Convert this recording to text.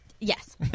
Yes